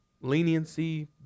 leniency